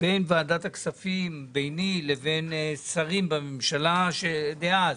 בין ועדת הכספים, ביני לבין שרים בממשלה דאז,